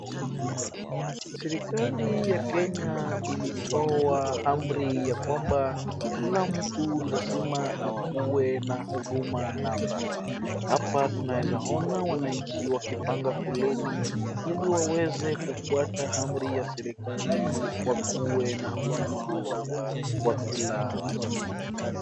Serikali ya Kenya ilitoa amri ya kwamba kila mtu lazima akuwe na huduma namba. Hapa tunaweza ona wananchi wakipanga foleni ili waweze kufuata amri ya serikali wakuwe na huduma namba kwa kila mtu.